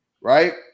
right